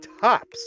tops